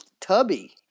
tubby